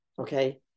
Okay